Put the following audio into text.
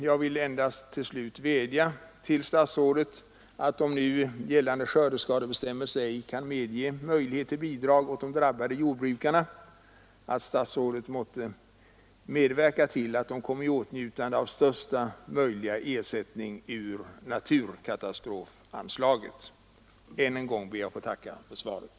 Jag vill till slut endast vädja till statsrådet att, om nu gällande skördeskadebestämmelser ej kan medge möjlighet till "bidrag åt de drabbade jordbrukarna, statsrådet måtte medverka till att de kommer i åtnjutande av största möjliga ersättning ur naturkatastrofanslaget. Än en gång ber jag att få tacka för svaret.